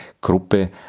Gruppe